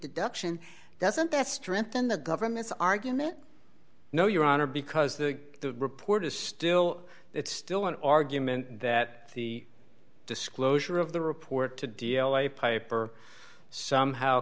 deduction doesn't that strengthen the government's argument no your honor because the report is still it's still an argument that the disclosure of the report to d l a piper somehow